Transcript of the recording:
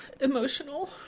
emotional